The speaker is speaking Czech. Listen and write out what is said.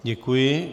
Děkuji.